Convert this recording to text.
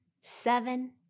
seven